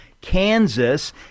Kansas